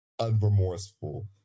unremorseful